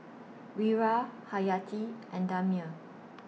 Wira Hayati and Damia